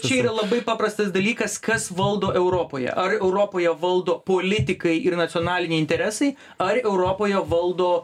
čia yra labai paprastas dalykas kas valdo europoje ar europoje valdo politikai ir nacionaliniai interesai ar europoje valdo